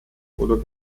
oder